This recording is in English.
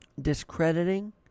discrediting